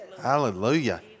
Hallelujah